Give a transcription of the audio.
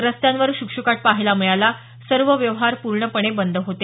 रस्त्यांवर शुकशुकाट पहायला मिळाला सर्व व्यवहार पूर्णपणे बंद होते